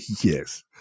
Yes